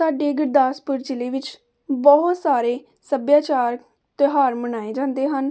ਸਾਡੇ ਗੁਰਦਾਸਪੁਰ ਜ਼ਿਲ੍ਹੇ ਵਿੱਚ ਬਹੁਤ ਸਾਰੇ ਸੱਭਿਆਚਾਰਕ ਤਿਉਹਾਰ ਮਨਾਏ ਜਾਂਦੇ ਹਨ